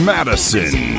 Madison